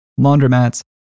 laundromats